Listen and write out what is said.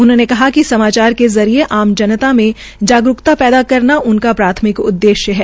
उन्होंने कहा कि समाचार के जरिये आम जनता में जागरूकता पैदा करना उनका प्राथमिक उद्देश्य है